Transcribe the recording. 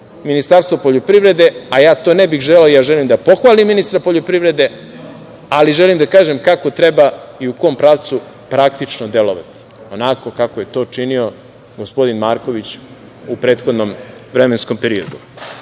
Ministarstvo poljoprivrede, a ja to ne bih želeo. Ja želim da pohvalim ministra poljoprivrede, ali želim da kažem kako treba i u kom pravcu praktično delovati – onako kako je to činio gospodin Marković u prethodnom vremenskom periodu. Treće